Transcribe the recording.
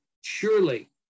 surely